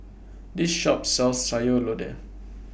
This Shop sells Sayur Lodeh